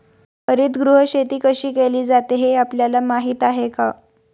हरितगृह शेती कशी केली जाते हे आपल्याला माहीत आहे का?